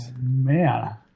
man